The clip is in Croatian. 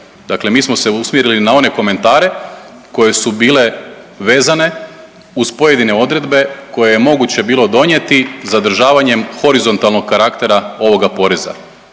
Dakle mi smo se usmjerili na one komentare koje su bile vezane uz pojedine odredbe koje je moguće bilo donijeti zadržavanjem horizontalnog karaktera ovoga poreza